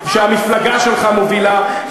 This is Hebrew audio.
שהמפלגה שלך מובילה,